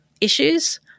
issues